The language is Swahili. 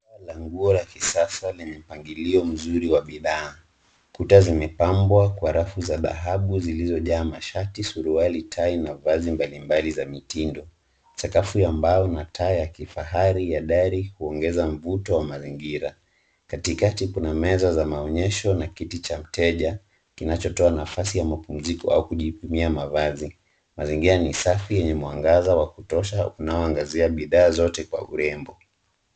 Duka la nguo la kisasa lenye mpangilio mzuri wa bidhaa. Kuta zimepambwa kwa rafu za dhahabu zilizojaa mashati, suruali, tai na vazi mbalimbali za mitindo. Sakafu ya mbao na taa ya kifahari ya dari huongeza mvuto wa mazingira. Katikati kuna meza za maonyesho na kiti cha mteja kinachotoa nafasi ya mapumziko au kujipimia mavazi. Mazingira ni safi yenye mwangaza wa kutosha unaoangazia bidhaa zote kwa urembo.